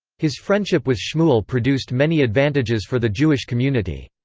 his friendship with shmuel produced many advantages for the jewish community.